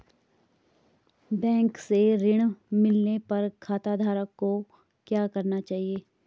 Bank से ऋण मिलने पर खाताधारक को क्या करना चाहिए?